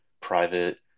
private